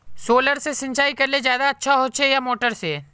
Solar से सिंचाई करले ज्यादा अच्छा होचे या मोटर से?